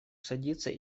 садится